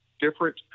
different